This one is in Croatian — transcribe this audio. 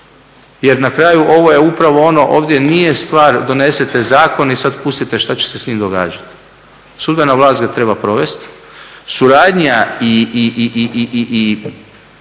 jer na kraju ovo je upravo ono, ovdje nije stvar donesete zakon i sad pustite šta će se s njim događati. Sudbena vlast ga treba provesti, suradnja i